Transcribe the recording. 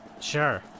Sure